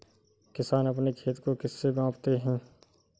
किसान अपने खेत को किससे मापते हैं?